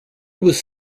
was